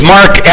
Mark